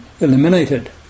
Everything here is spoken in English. eliminated